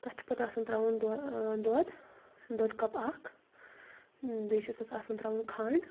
تتھ چھُ پتہٕ آسان ترٛاوُن دۄ ٲں دۄدھ دۄدھہٕ کپ اکھ بیٚیہِ چھُ تتھ آسان ترٛاوُن کھنٛڈ